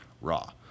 raw